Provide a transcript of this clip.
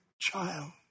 child